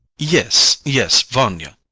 yes, yes, vanya.